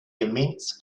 immense